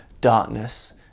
darkness